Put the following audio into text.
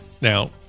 Now